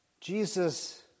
Jesus